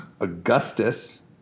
Augustus